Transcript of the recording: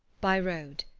by road.